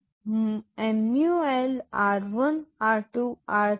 અને ગુણાકારમાં ઇમિડિયેટ ઓપરેશન્સનો ઉપયોગ કરી શકાતો નથી